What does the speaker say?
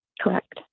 Correct